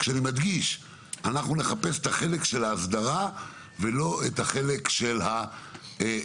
כשאני מדגיש שנחפש את החלק של ההסדרה ולא את החלק של ההפרעה,